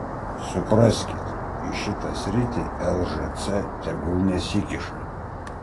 supraskit į šitą sritį lžc tegul nesikiša